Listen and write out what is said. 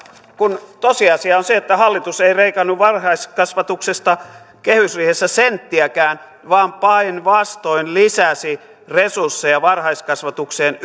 tosiasia on se että hallitus ei leikannut varhaiskasvatuksesta kehysriihessä senttiäkään vaan päinvastoin lisäsi resursseja varhaiskasvatukseen